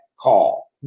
call